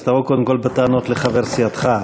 אז תבוא קודם כול בטענות לחבר סיעתך.